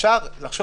אפשר לחשוב